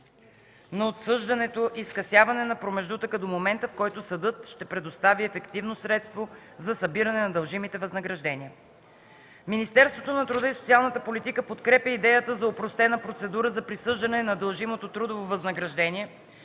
на отсъждането и скъсяване на промеждутъка до момента, в който съдът ще предостави ефективно средство за събиране на дължимите възнаграждения. Министерството на труда и социалната политика подкрепя идеята за опростена процедура за присъждане на дължимото трудово възнаграждение